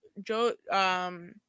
Joe